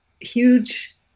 huge